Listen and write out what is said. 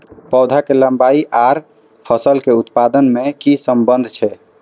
पौधा के लंबाई आर फसल के उत्पादन में कि सम्बन्ध छे?